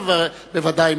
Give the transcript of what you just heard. בוודאי,